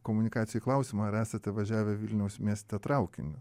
komunikacijoj klausimą ar esate važiavę vilniaus mieste traukiniu